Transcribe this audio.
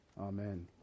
Amen